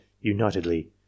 unitedly